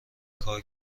کار